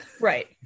Right